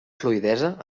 fluïdesa